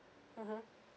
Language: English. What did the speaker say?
mmhmm